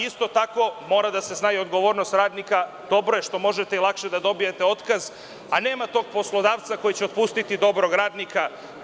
Isto tako mora da se zna i odgovornost radnika, dobro je što možete lakše da dobijete otkaz, a nema tog poslodavca koji će otpustiti dobrog radnika.